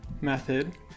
method